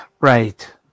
Right